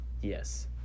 yes